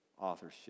authorship